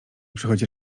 przychodzi